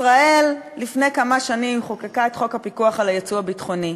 ישראל חוקקה לפני כמה שנים את חוק הפיקוח על היצוא הביטחוני.